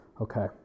Okay